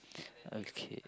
okay